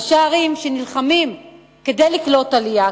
ראשי ערים שנלחמים כדי לקלוט עלייה,